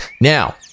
Now